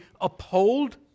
uphold